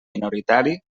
minoritari